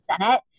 senate